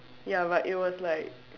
ya but it was like